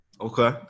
Okay